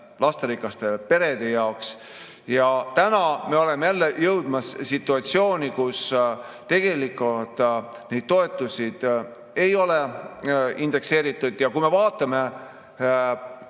lasterikaste perede jaoks oluline. Täna me oleme jälle jõudmas situatsiooni, kus tegelikult neid toetusi ei ole indekseeritud. Ja kui me vaatame